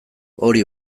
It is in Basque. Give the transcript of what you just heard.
hori